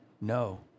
no